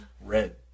red